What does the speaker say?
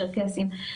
צ'רקסים,